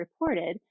reported